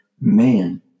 man